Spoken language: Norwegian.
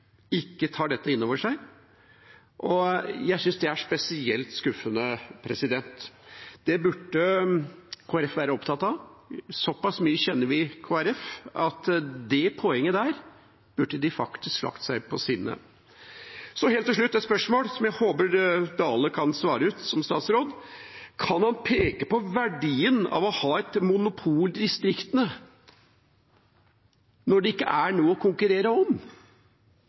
ikke tar dette inn over seg. Jeg synes det er spesielt skuffende. Det burde Kristelig Folkeparti være opptatt av. Såpass godt kjenner vi Kristelig Folkeparti at det poenget burde de lagt seg på sinne. Helt til slutt et spørsmål som jeg håper statsråd Dale kan svare ut: Kan han peke på verdien av å ha et monopol i distriktene når det ikke er noe å konkurrere om